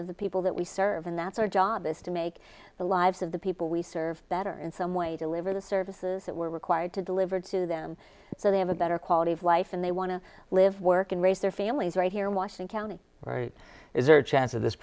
of the people that we serve and that's our job is to make the lives of the people we serve that are in some way deliver the services that we're required to deliver to them so they have a better quality of life and they want to live work and raise their families right here in washington county is there a chance of this